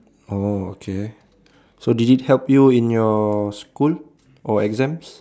oh okay so did it help you in your school or exams